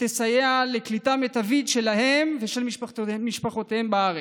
ותסייע לקליטה מיטבית שלהן ושל משפחותיהן בארץ.